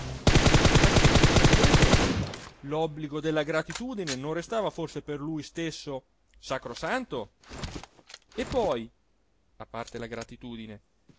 ma che per questo lobbligo della gratitudine non restava forse per lui stesso sacrosanto e poi a parte la gratitudine